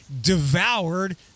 devoured